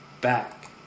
back